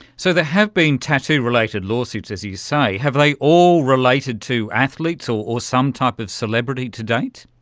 so there have been tattoo related lawsuits, as you say. have they all related to athletes or some type of celebrity to date?